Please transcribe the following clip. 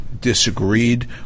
disagreed